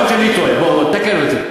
יכול להיות שאני טועה, תקן אותי.